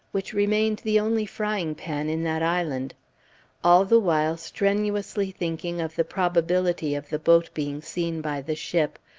which remained the only frying-pan in that island all the while strenuously thinking of the probability of the boat being seen by the ship,